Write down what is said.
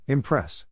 Impress